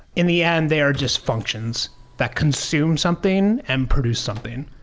in the end they are just functions that consumed something and produce something.